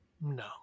No